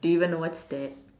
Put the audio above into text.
do you even know what's that